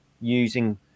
using